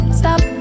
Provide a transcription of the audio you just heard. stop